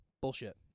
bullshit